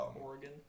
Oregon